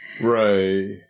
right